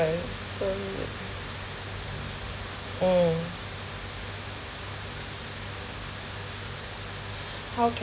so yeah mm how